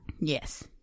yes